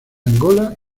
angola